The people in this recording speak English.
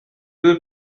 would